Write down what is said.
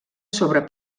sobre